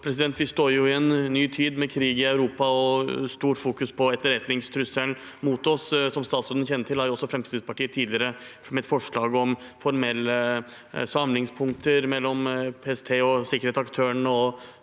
mål.» Vi står i en ny tid, med krig i Europa og sterkt fokus på etterretningstrusselen mot oss. Som statsråden kjenner til, har Fremskrittspartiet tidligere fremmet forslag om formelle samlingspunkter mellom PST, sikkerhetsaktørene